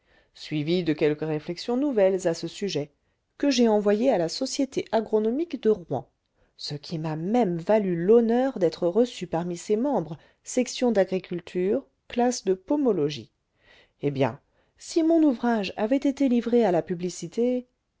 suivi de quelques réflexions nouvelles à ce sujet que j'ai envoyé à la société agronomique de rouen ce qui m'a même valu l'honneur d'être reçu parmi ses membres section d'agriculture classe de pomologie eh bien si mon ouvrage avait été livré à la publicité